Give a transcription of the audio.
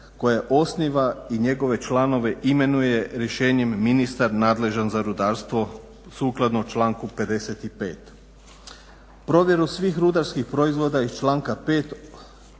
koje osniva i njegove članove imenuje rješenjem ministar nadležan za rudarstvo sukladno članku 55. Provjeru svih rudarskih proizvoda iz članka 5.